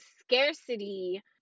scarcity